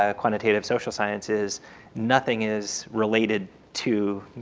ah quantitative social sciences nothing is related to